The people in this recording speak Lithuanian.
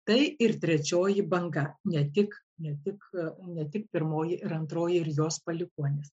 tai ir trečioji banga ne tik ne tik ne tik pirmoji ir antroji ir jos palikuonys